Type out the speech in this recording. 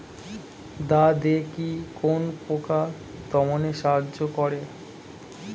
দাদেকি কোন পোকা দমনে সাহায্য করে?